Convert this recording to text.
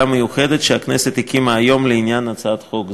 המיוחדת שהכנסת הקימה היום לעניין הצעת חוק זו.